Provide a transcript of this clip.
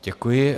Děkuji.